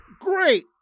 Great